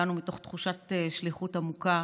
הגענו מתוך תחושת שליחות עמוקה.